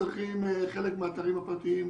הדבר השני,